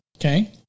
okay